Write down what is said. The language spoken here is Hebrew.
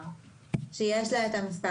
בהנחה שיש לרשות המקומית את מספר